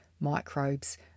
microbes